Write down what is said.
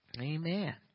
amen